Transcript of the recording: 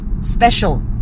special